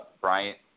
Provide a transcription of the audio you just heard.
Bryant